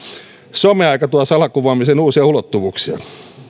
someaika tuo salakuvaamiseen uusia ulottuvuuksia